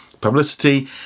publicity